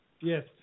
Yes